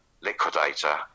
Liquidator